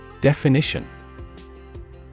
Definition